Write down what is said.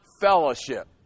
fellowship